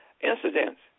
incidents